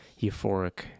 euphoric